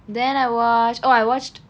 then I watched oh I watched